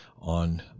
on